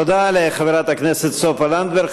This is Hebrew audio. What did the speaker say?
תודה לחברת הכנסת סופה לנדבר.